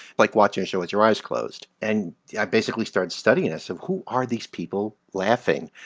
like watching a show with your eyes closed. and i basically started studying. i said, who are these people laughing?